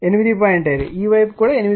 5 ఈ వైపు కూడా 8